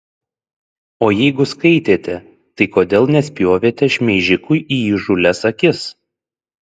o jeigu skaitėte tai kodėl nespjovėte šmeižikui į įžūlias akis